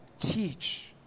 teach